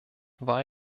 war